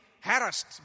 harassed